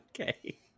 okay